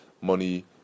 money